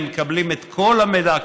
הם מקבלים את כל המידע,